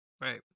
Right